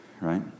right